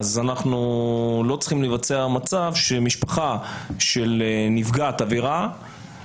אנחנו לא צריכים שיהיה מצב שמשפחה של נפגעת עבירה